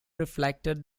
reflected